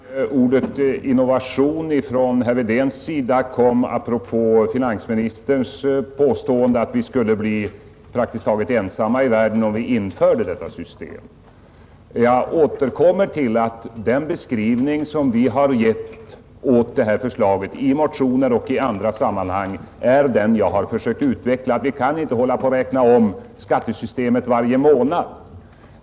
Jag föreställer mig att ordet innovation begagnades av herr Wedén apropå finansministerns påstående att vi skulle bli praktiskt taget ensamma i världen om vi införde detta system. Jag återkommer till att den beskrivning som vi har givit av detta förslag i motioner och i andra sammanhang är den som jag har försökt utveckla. Vi kan inte hålla på att räkna om skattesystemet varje månad.